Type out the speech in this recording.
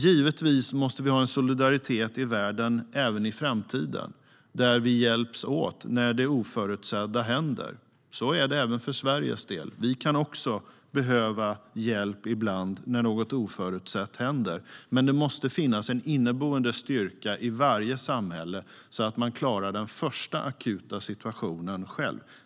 Givetvis måste vi ha en solidaritet i världen även i framtiden, att vi hjälps åt när det oförutsedda händer. Så är det även för Sveriges del. Vi kan också behöva hjälp ibland när något oförutsett händer. Men det måste finnas en inneboende styrka i varje samhälle så att man klarar den första akuta situationen själv.